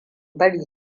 bari